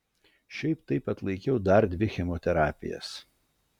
šiaip taip atlaikiau dar dvi chemoterapijas